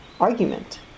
argument